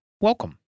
welcome